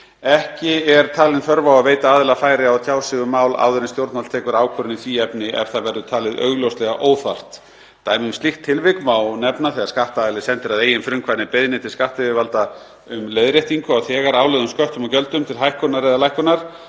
Ekki er talin þörf á að veita aðila færi á að tjá sig um mál áður en stjórnvald tekur ákvörðun í því ef það verður talið augljóslega óþarft. Dæmi um slíkt tilvik má nefna þegar skattaðili sendir að eigin frumkvæði beiðni til skattyfirvalda um leiðréttingu á þegar álögðum sköttum og gjöldum, til hækkunar eða lækkunar,